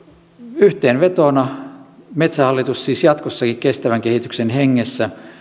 yhteenvetona metsähallitus siis jatkossakin kestävän kehityksen hengessä